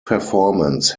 performance